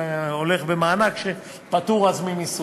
אלא הולך במענק שפטור אז ממיסוי,